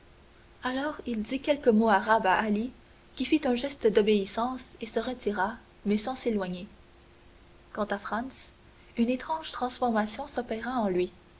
alors il dit quelques mots arabes à ali qui fit un geste d'obéissance et se retira mais sans s'éloigner quant à franz une étrange transformation s'opérait en lui